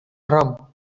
rum